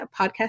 podcast